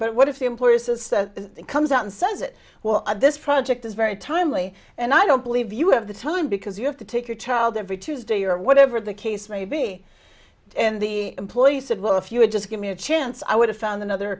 but what if the employer says comes out and says it well this project is very timely and i don't believe you have the time because you have to take your child every tuesday or whatever the case may be and the employee said well if you would just give me a chance i would have found another